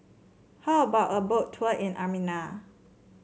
how about a Boat Tour in Armenia